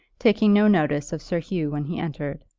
taking no notice of sir hugh when he entered.